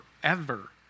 forever